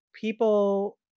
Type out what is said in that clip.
people